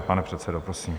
Pane předsedo, prosím.